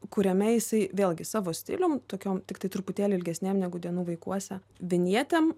kuriame jisai vėlgi savo stilium tokiom tiktai truputėlį ilgesnėm negu dienų vaikuose vinjetėm